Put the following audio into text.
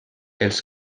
els